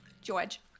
George